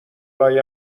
لای